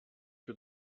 für